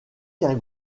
qu’un